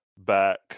back